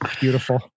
Beautiful